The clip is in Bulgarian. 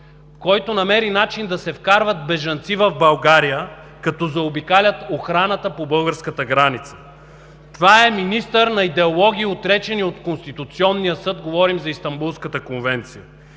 който намери начин да се вкарват бежанци в България, като заобикалят охраната по българската граница. Това е министър на идеологии, отречени от Конституционния съд – говорим за Истанбулската конвенция,